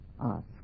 ask